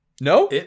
No